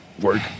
work